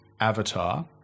Avatar